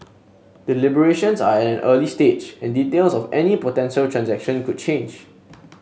deliberations are at an early stage and details of any potential transaction could change